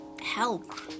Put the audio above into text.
help